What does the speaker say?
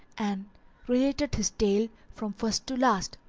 and related his tale from first to last.